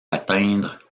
atteindre